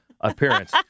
appearance